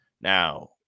Now